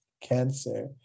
cancer